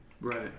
Right